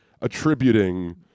attributing –